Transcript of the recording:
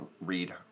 read